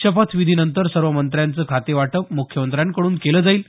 शपथविधीनंतर सर्व मंत्र्यांचं खातेवाटप मुख्यमंत्र्यांकडून केलं जाईल